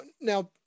now